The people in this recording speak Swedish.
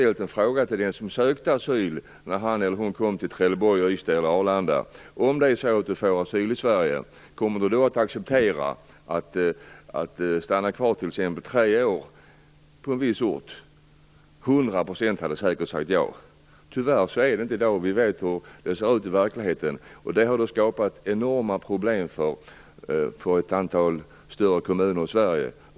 Låt oss anta att en asylsökande som kom till Trelleborg, Ystad eller Arlanda fick frågan om han för att få asyl i Sverige skulle acceptera att stanna i t.ex. tre år på en viss ort, då tror jag säkert att Tyvärr är det inte så i dag. Vi vet hur det ser ut i verkligheten, vilket har skapat enorma problem för ett antal större kommuner i Sverige.